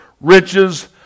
riches